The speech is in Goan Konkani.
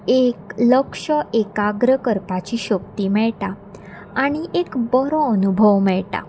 एक लक्ष एकाग्र करपाची शक्ती मेळटा आनी एक बरो अनुभव मेळटा